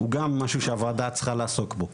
הוא גם משהו שהוועדה צריכה לעסוק בו,